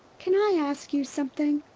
can i ask you something?